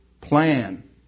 plan